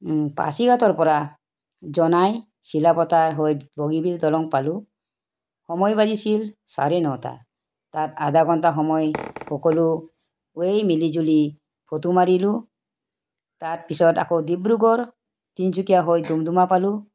পাচিঘাটৰ পৰা জনাই চিলাপথাৰ হৈ বগীবিল দলং পালোঁ সময় বাজিছিল চাৰে নটা তাত আধা ঘণ্টা সময় সকলোৱে মিলি জুলি ফটো মাৰিলো তাৰ পিছত আকৌ ডিব্ৰুগড় তিনিচুকীয়া হৈ ডুমডুমা পালোঁ